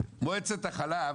מועצת החלב